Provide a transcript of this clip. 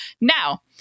Now